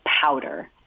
powder